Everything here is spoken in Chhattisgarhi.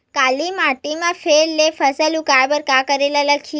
काली माटी म फेर ले फसल उगाए बर का करेला लगही?